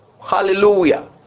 hallelujah